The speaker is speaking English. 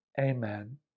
Amen